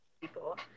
people